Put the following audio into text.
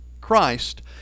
Christ